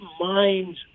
mind